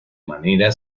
manera